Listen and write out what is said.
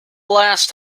last